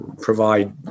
provide